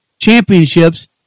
championships